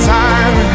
time